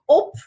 op